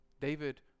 David